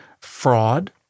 fraud